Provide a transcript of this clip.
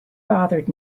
bothered